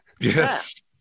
yes